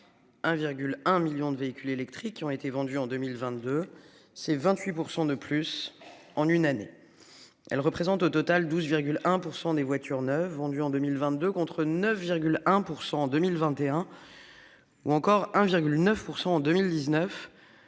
1,1 million de véhicules électriques qui ont été vendus en 2022. Ces 28% de plus en une année. Elles représentent au total 12,1% des voitures neuves vendues en 2022 contre 9,1% en 2021. Ou encore 1,9% en 2019.